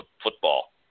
football